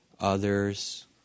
others